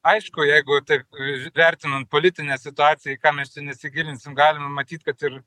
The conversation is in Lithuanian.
aišku jeigu taip vertinant politinę situaciją į ką mes čia nesigilinsim galima matyt kad ir